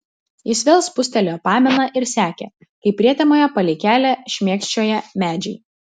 jis vėl spustelėjo paminą ir sekė kaip prietemoje palei kelią šmėkščioja medžiai